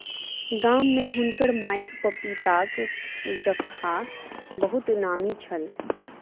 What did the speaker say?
गाम में हुनकर माईक पपीताक झक्खा बहुत नामी छल